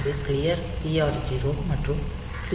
இது clear TR0 மற்றும் clear TF0 ஆகும்